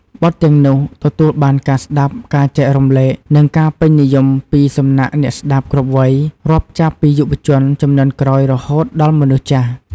បទទាំងនោះទទួលបានការស្ដាប់ ការចែករំលែក និងការពេញនិយមពីសំណាក់អ្នកស្ដាប់គ្រប់វ័យ រាប់ចាប់ពីយុវជនជំនាន់ក្រោយរហូតដល់មនុស្សចាស់ ។